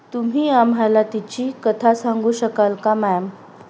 तुम्ही आम्हाला तिची कथा सांगू शकाल का मॅम